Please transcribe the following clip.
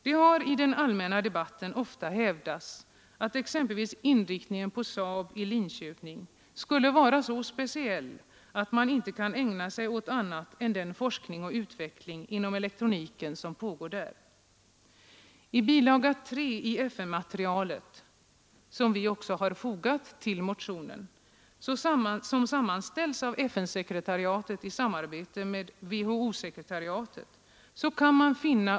Det har i den allmänna debatten ofta hävdats att exempelvis inriktningen på SAAB i Linköping skulle vara så speciell att man inte kan ägna sig åt annat än den forskning och utveckling inom elektroniken som pågår där. Till motionen 1533 har fogats en bilaga III med en sammanställning som gjorts av FN-sekreteriatet i samarbete med WHO sekretariatet.